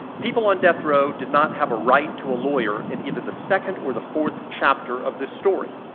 people on death row did not have a right to a lawyer in either the second or the fourth chapter of this story.